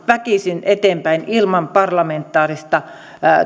väkisin eteenpäin ilman parlamentaarista